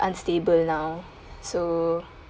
unstable now so